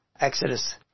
Exodus